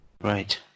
Right